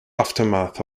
aftermath